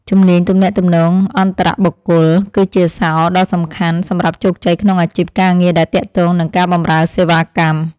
ជំនាញទំនាក់ទំនងអន្តរបុគ្គល គឺជាសោរដ៏សំខាន់សម្រាប់ជោគជ័យក្នុងអាជីពការងារដែលទាក់ទងនឹងការបម្រើសេវាកម្ម។